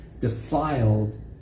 defiled